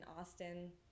Austin